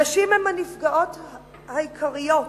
נשים הן הנפגעות העיקריות,